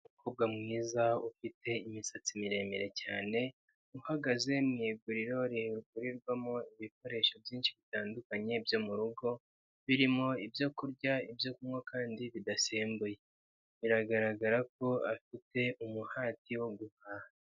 Umukobwa mwiza ufite imisatsi miremire cyane, uhagaze mu iguriro rigurirwamo ibikoresho byinshi bitandukanye byo mu rugo, birimo ibyo kurya, ibyo kunywa kandi bidasembuye, biragaragara ko afite umuhate wo guhaha.